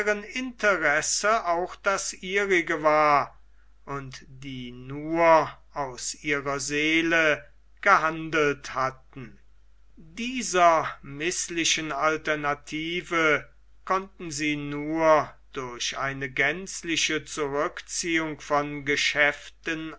interesse auch das ihrige war und die nur aus ihrer seele gehandelt hatten dieser mißlichen alternative konnten sie nur durch eine gänzliche zurückziehung von geschäften